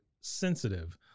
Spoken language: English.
sensitive